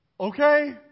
Okay